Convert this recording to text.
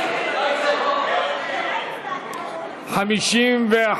בכוח העבודה ולצמצום פערים חברתיים (מס הכנסה שלילי) (תיקון,